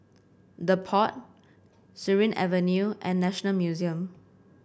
The Pod Surin Avenue and National Museum